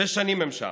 שש שנים הם שם.